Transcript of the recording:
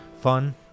fun